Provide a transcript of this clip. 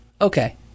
Okay